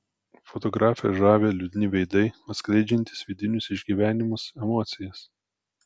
fotografę žavi liūdni veidai atskleidžiantys vidinius išgyvenimus emocijas